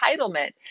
entitlement